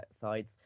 sides